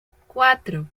cuatro